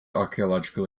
archaeological